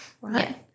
right